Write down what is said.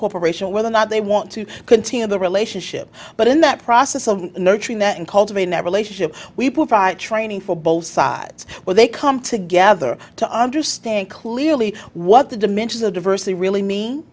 corporation whether or not they want to continue the relationship but in that process of nurturing that and cultivate never lay ship we provide training for both sides where they come together to understand clearly what the dimensions of diversity really mean